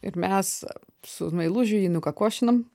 ir mes su meilužiu jį nukakošinam